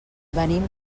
venim